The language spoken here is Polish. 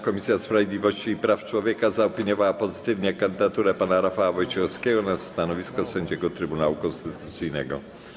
Komisja Sprawiedliwości i Praw Człowieka zaopiniowała pozytywnie kandydaturę pana Rafała Wojciechowskiego na stanowisko sędziego Trybunału Konstytucyjnego.